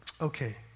Okay